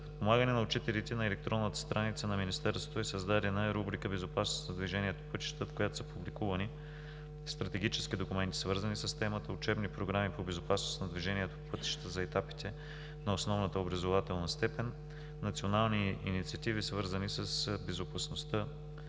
подпомагане на учителите на електронната страница на Министерството е създадена рубрика „Безопасност на движението по пътищата“, в която са публикувани стратегически документи, свързани с темата, учебни програми по безопасност на движението по пътищата за етапите на основната образователна степен, национални инициативи, свързани с безопасността